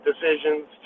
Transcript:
decisions